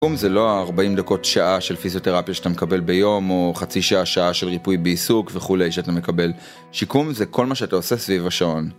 שיקום זה לא 40 דקות שעה של פיזיותרפיה שאתה מקבל ביום או חצי שעה-שעה של ריפוי בעיסוק וכולי שאתה מקבל. שיקום זה כל מה שאתה עושה סביב השעון.